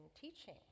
teaching